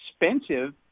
expensive